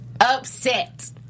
Upset